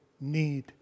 need